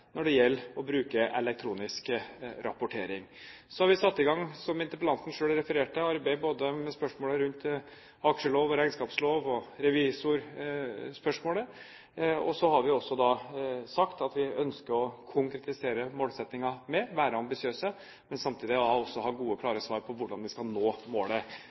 når det gjelder å bruke elektronisk rapportering. Så har vi satt i gang, som interpellanten selv refererte til, arbeid med spørsmål rundt aksjelov og regnskapslov og med revisorspørsmålet. Og så har vi også sagt at vi ønsker å konkretisere målsettingen mer, være ambisiøse, men samtidig også ha gode og klare svar på hvordan vi skal nå målet.